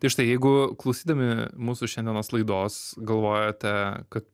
tai štai jeigu klausydami mūsų šiandienos laidos galvojate kad